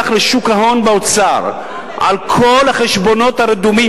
לשוק ההון באוצר על כל החשבונות הרדומים,